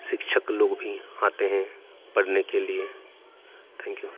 शिक्षक लोग भी आते हैं पढ़ने के लिए थैंक यू